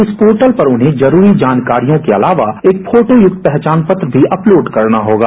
इस पोर्टल पर उन्हें जरूरी जानकारियों के अलावा एक फोटो युक्त पहचान पत्र अपलोड करना होगा